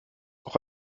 auch